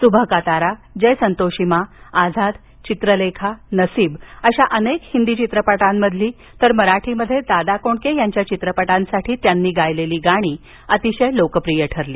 सुबह का तारा जय संतोषी मां आझाद चित्रलेखा नसीब अशा अनेक हिंदी चित्रपटांमधली तर मराठीत दादा कोंडके यांच्या चित्रपटांसाठी त्यांनी गायलेली गाणी अतिशय लोकप्रिय ठरली